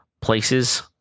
places